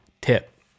tip